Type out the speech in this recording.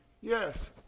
yes